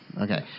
Okay